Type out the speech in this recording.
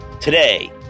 Today